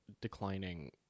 declining